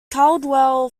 caldwell